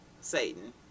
satan